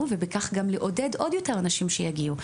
ובכך גם לעודד עוד יותר אנשים שיגיעו,